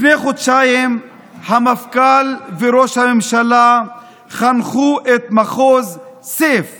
לפני חודשיים המפכ"ל וראש הממשלה חנכו את מחוז סיף